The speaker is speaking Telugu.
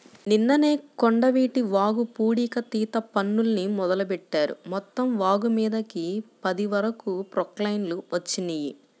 నిన్ననే కొండవీటి వాగుల పూడికతీత పనుల్ని మొదలుబెట్టారు, మొత్తం వాగుమీదకి పది వరకు ప్రొక్లైన్లు వచ్చినియ్యి